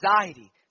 Anxiety